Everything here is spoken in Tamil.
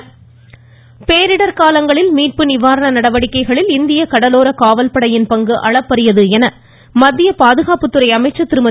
நிர்மலா சீதராமன் பேரிடர் காலங்களில் மீட்பு நிவாரண நடவடிக்கைகளில் இந்திய கடலோர காவல்படையின் பங்கு அளப்பரியது என மத்திய பாதுகாப்புத்துறை அமைச்சர் திருமதி